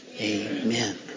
Amen